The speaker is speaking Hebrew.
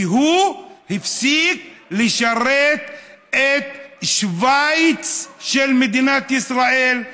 כי הוא הפסיק לשרת את שווייץ של מדינת ישראל,